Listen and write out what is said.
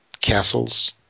castles